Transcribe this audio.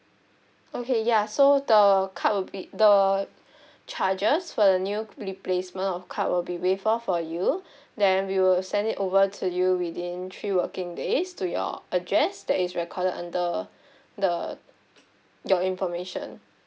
okay ya so the card will be the charges for the new replacement of card will be waived off for you then we will send it over to you within three working days to your address that is recorded under the your information